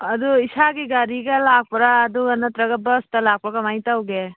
ꯑꯗꯨ ꯏꯁꯥꯒꯤ ꯒꯥꯔꯤꯒ ꯂꯥꯛꯄ꯭ꯔ ꯑꯗꯨꯒ ꯅꯠꯇ꯭ꯔꯒ ꯕꯁꯇ ꯂꯥꯛꯄ꯭ꯔ ꯀꯃꯥꯏꯅ ꯇꯧꯒꯦ